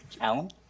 Alan